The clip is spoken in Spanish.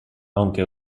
aunque